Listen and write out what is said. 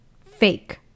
fake